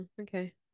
okay